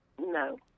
no